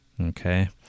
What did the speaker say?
okay